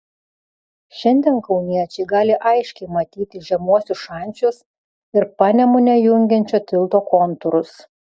šiandien kauniečiai gali aiškiai matyti žemuosius šančius ir panemunę jungiančio tilto kontūrus